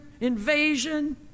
invasion